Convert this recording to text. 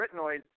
carotenoids